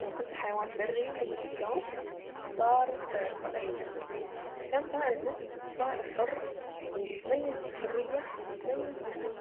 لو كنت حيوان بري لمدة يوم، هختار طائر النسر، عشان طائر النسر طائر حر وبيتميز بحرية، وبيتميز بانه